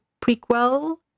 prequel